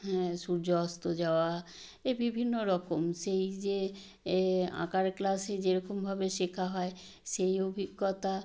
হ্যাঁ সূর্য অস্ত যাওয়া এ বিভিন্ন রকম সেই যে আঁকার ক্লাসে যেরকম ভাবে শেখা হয় সেই অভিজ্ঞতা